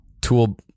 tool